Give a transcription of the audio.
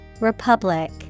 Republic